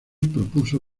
propuso